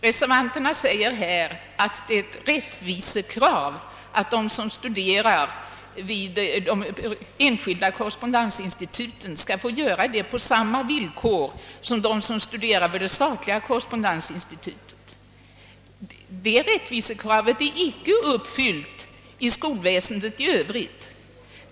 Reservanterna säger här att det är ett rättvisekrav att de som studerar vid de enskilda korrespondensinstituten skall få göra det på samma villkor som de som studerar vid de statliga korrespondensinstituten. Det rättvisekravet är inte uppfyllt i skolväsendet i övrigt.